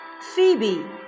Phoebe